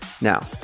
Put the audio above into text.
Now